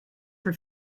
for